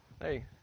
hey